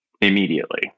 immediately